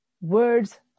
words